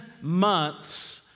months